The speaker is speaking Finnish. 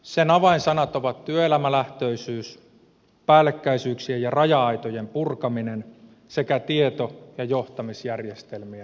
sen avainsanat ovat työelämälähtöisyys päällekkäisyyksien ja raja aitojen purkaminen sekä tieto ja johtamisjärjestelmien remontti